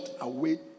away